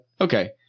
Okay